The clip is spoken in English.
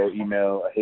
email